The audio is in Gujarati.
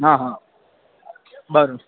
હા હા બરો